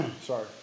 Sorry